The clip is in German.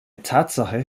tatsache